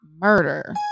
murder